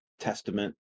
testament